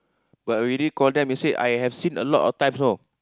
but already call them they said I have seen a lot of times know